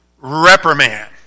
reprimand